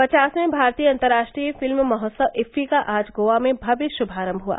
पचासवें भारतीय अन्तर्राष्ट्रीय फिल्म महोत्सव इफ्फी का आज गोवा में भव्य शुभारम्म हुआ